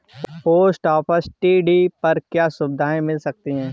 Post office TD पर क्या सुविधाएँ मिल सकती है?